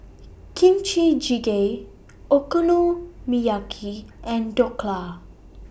Kimchi Jjigae Okonomiyaki and Dhokla